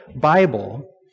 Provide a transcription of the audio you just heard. Bible